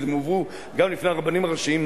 והם הובאו גם בפני הרבנים הראשיים,